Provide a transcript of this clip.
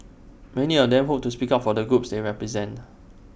many of them hope to speak up for the groups they represent